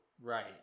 Right